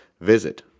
Visit